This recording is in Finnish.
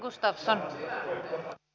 arvoisa puhemies